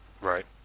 Right